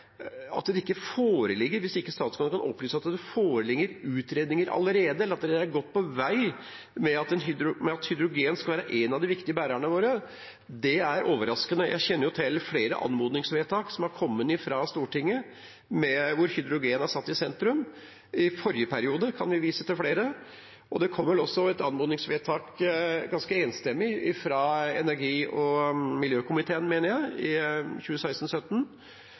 statsråden ikke kan opplyse om at det foreligger utredninger allerede, eller at de er godt på vei med at hydrogen skal være en av de viktige bærerne våre. Det er overraskende. Jeg kjenner til flere anmodningsvedtak fra Stortinget hvor hydrogen er satt i sentrum. I forrige periode kunne en vise til flere. Det kom vel også et anmodningsvedtak – ganske enstemmig fra energi- og miljøkomiteen, mener jeg – i